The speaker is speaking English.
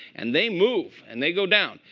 and they move. and they go down.